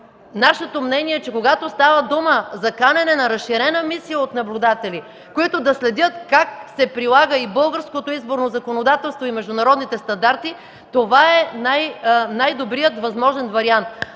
нашето мнение е, че когато става дума за канене на разширена мисия от наблюдатели, които да следят как се прилага и българското изборно законодателство, и международните стандарти, това е най-добрият възможен вариант.